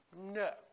No